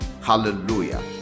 Hallelujah